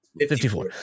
54